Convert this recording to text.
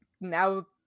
now